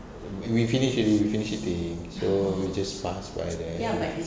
we we finished already we finished eating so we just pass by there